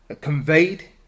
conveyed